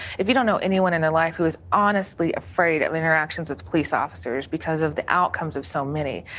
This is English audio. if you don't know anyone in their life who is honestly afraid of interactions with police officers because of the outcomes of so many.